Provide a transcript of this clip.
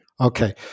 Okay